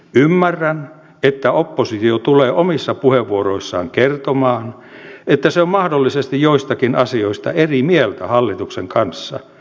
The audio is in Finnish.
ymmärrän että oppositio tulee omissa puheenvuoroissaan kertomaan että se on mahdollisesti joistakin asioista eri mieltä hallituksen kanssa